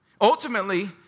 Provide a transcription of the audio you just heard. Ultimately